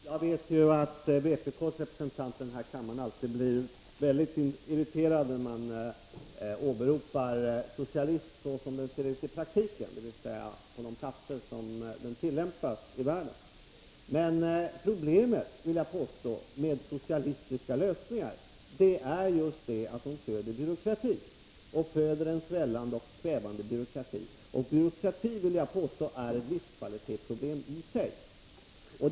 Herr talman! Jag vet att vpk:s representanter i denna kammare alltid blir mycket irriterade när man åberopar socialism såsom den ser ut i praktiken, dvs. på de platser där den tillämpas i världen. Men problemet med socialistiska lösningar är just att de föder en svällande och kvävande byråkrati, och jag vill påstå att byråkrati i sig försämrar livskvaliteten.